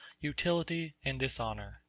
utility and dishonor.